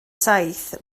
saith